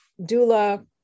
doula